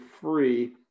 free